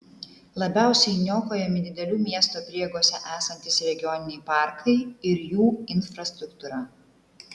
labiausiai niokojami didelių miesto prieigose esantys regioniniai parkai ir jų infrastruktūra